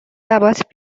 لبات